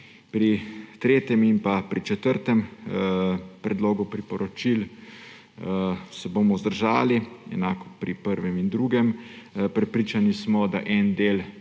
Pri tretjem in četrtem predlogu priporočil se bomo vzdržali, enako pri prvem in drugem. Prepričani smo, da en del